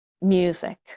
music